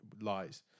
lies